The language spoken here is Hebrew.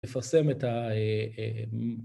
‫לפרסם את ה...